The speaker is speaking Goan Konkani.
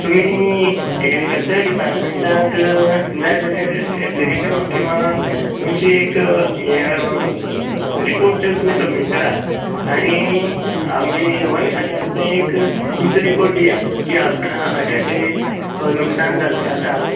तुमी एग्रिकलचर डिपार्टमेंटांक जाय जाल्याक एप्लिकेशन किंवां तुमची एक हें रिपोर्ट तुमी सबमीट करात आनी आमगे वन खात्यां सुद्दां एक रिपोर्ट दियात की आपणा अशें अशें नुक्साण जाल्ले आसा